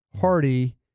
Hardy